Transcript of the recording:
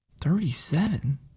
Thirty-seven